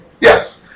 Yes